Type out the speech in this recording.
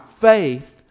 faith